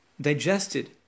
digested